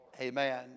Amen